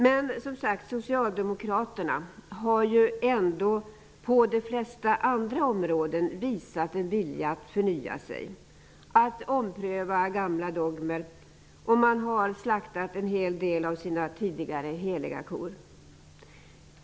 Men, som sagt, Socialdemokraterna har ändå på de flesta andra områden visat en vilja att förnya sig, att ompröva gamla dogmer, och de har slaktat en del av sina tidigare heliga kor.